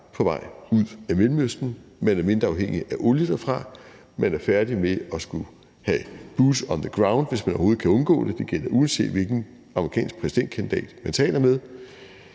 på vej ud af Mellemøsten. Man er mindre afhængig af olie derfra; man er færdig med at skulle have boots on the ground, hvis man overhovedet kan undgå det, og det gælder, uanset hvilken amerikansk præsidentkandidat man taler med.